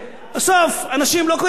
בסוף אנשים לא קונים דירות.